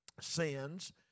sins